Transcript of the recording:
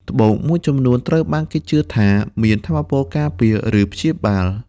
ត្បូងមួយចំនួនត្រូវបានគេជឿថាមានថាមពលការពារ ឬព្យាបាល។